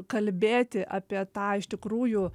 kalbėti apie tą iš tikrųjų